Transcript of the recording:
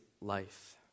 life